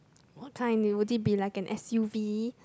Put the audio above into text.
what kind would it be like an S_U_V